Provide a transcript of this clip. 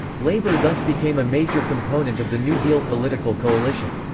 labor thus became a major component of the new deal political coalition.